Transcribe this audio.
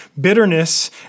bitterness